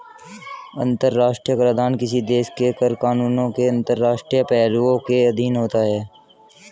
अंतर्राष्ट्रीय कराधान किसी देश के कर कानूनों के अंतर्राष्ट्रीय पहलुओं के अधीन होता है